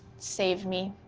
saved me.